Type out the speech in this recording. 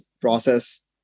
process